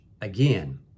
again